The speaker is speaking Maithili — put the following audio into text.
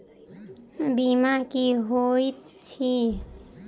बीमा की होइत छी?